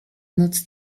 noc